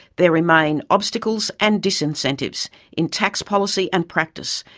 there remain obstacles and disincentives in tax policy and practice,